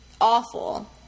awful